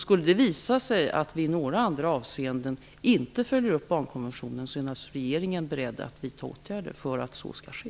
Skulle det visa sig att vi i några andra avseenden inte följer upp barnkonventionen, är regeringen naturligtvis beredd att vidta åtgärder för att så skall ske.